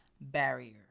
barrier